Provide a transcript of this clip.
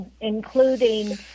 including